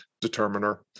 determiner